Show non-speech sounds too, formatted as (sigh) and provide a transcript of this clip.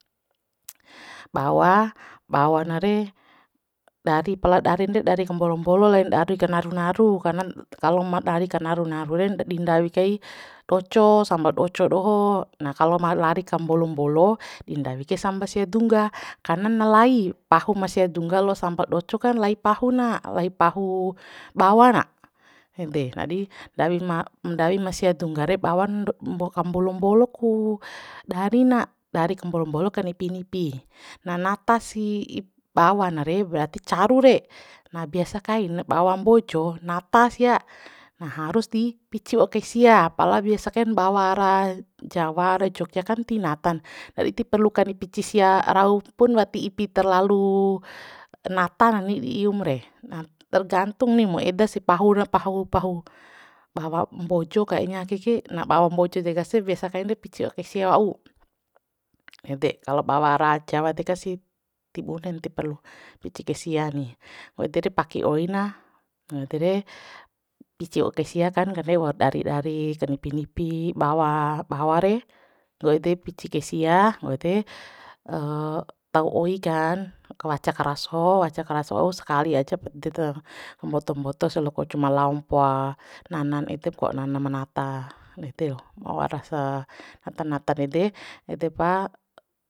Bawa bawa na re dari pla darin re dari kambolo bolo lain dari ka naru naru karna kalo ma dari kanaru naru re ndadi ndawi kai doco sambal doco doho nah kalo ma lari kambolo bolo ndi nawi kai samba sia dungga karna na lai pahum sia dungga la'o samba doco kan lai pahu na lai pahu bawa na ede ndadi ndawi ma ndawi ma sia dungga re bawan mo kambolo mbolo ku dari na dari kambolo bolo kanipi nipi na natasi (hesitation) bawana re berarti caru re na biasa kaina bawa mbojo nata sia nah harus ndi pici wau kai sia pala biasa kain bawa ara jawa ra jogja kan ti natan ndadi ti perlu kani pici sia rau wati ipi terlalu nata nani ium re na tergantung ni mo edasi pahur pahu pahu bawa mbojo kayaknya ake ke nah bawa mbojo deka si biasa kain re pici wa'u kais sia wau na ede kalo bawa ra jawa deka si ti bunen ti perlu pici kai sia ni wau ede re paaki oi na wau ede re pici wau kai sia kan kanre waur dari dari ka nipi nipi bawa bawa re ngo ede pici kai sia wau ede (hesitation) tau oi kan waca karasho waca karaso sakali aja pa ededa mboto mboto loaku cuma lao mpa nanan ede ko nana ma nata (noise) ede ro wara sa nata nata rede ede pa (hesitation)